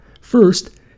First